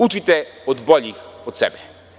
Učite od boljih od sebe.